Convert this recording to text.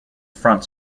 front